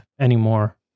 anymore